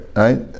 right